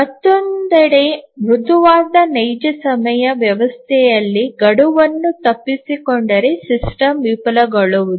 ಮತ್ತೊಂದೆಡೆ ಮೃದುವಾದ ನೈಜ ಸಮಯ ವ್ಯವಸ್ಥೆಯಲ್ಲಿ ಗಡುವನ್ನು ತಪ್ಪಿಸಿಕೊಂಡರೆ ಸಿಸ್ಟಮ್ ವಿಫಲಗೊಳ್ಳುವುದಿಲ್ಲ